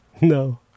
No